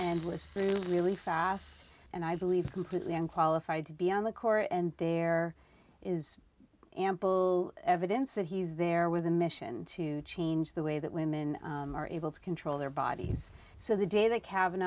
and was really fast and i believe completely unqualified to be on the court and there is ample evidence that he's there with a mission to change the way that women are able to control their bodies so the day the